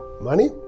money